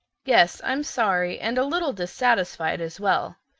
yes, i'm sorry, and a little dissatisfied as well.